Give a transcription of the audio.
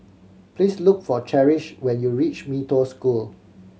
please look for Cherish when you reach Mee Toh School